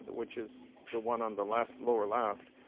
which is the one on the left, lower left,